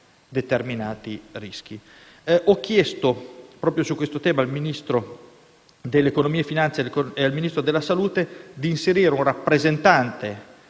determinati rischi. Ho chiesto, proprio su questo tema, al Ministro dell'economia e delle finanze e al Ministro della salute di inserire un mio rappresentante